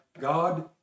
God